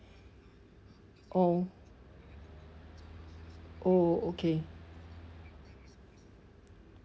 oh oh okay